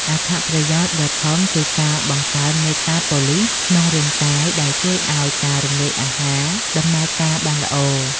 អត្ថប្រយោជន៍ដ៏ធំគឺការបង្កើនមេតាបូលីសក្នុងរាងកាយ ដែលជួយឱ្យការរំលាយអាហារដំណើរការបានល្អ។